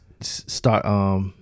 start